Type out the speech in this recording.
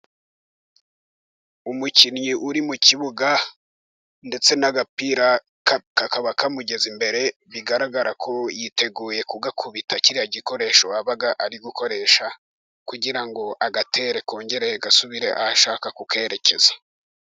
Umukinnyi uri mu kibuga ndetse n'agapira kakaba kamugeze imbere bigaragara ko yiteguye kugakubita kiriya gikoresho aba ari gukoresha kugira ngo agatere kongere gasubire aho ashaka kukerekeza.